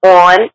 on